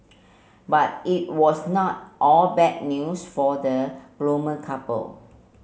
but it was not all bad news for the couple